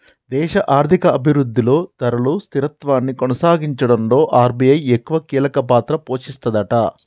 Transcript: దేశ ఆర్థిక అభివృద్ధిలో ధరలు స్థిరత్వాన్ని కొనసాగించడంలో ఆర్.బి.ఐ ఎక్కువ కీలక పాత్ర పోషిస్తదట